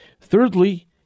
Thirdly